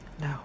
No